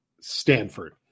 Stanford